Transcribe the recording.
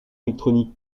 électronique